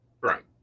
Right